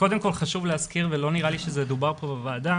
חשוב להזכיר, ולא נראה לי שזה דובר פה בוועדה